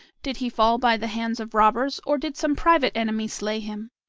did he fall by the hands of robbers or did some private enemy slay him?